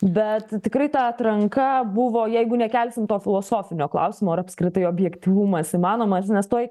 bet tikrai ta atranka buvo jeigu nekelsim to filosofinio klausimo ar apskritai objektyvumas įmanomas nes tuoj